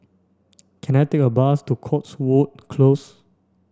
can I take a bus to Cotswold Close